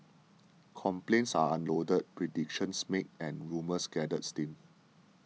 complaints are unloaded predictions made and rumours gather steam